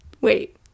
wait